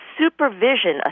supervision